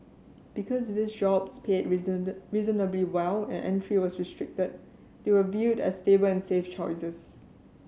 because these jobs paid reasonably well and entry was restricted they were viewed as stable and safe choices